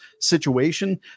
situation